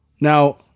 Now